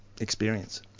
experience